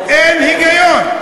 אין היגיון.